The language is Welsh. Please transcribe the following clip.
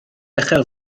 uchel